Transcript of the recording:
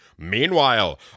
Meanwhile